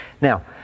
Now